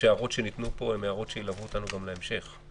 ההערות שניתנו לפה ילוו אותנו גם בהמשך.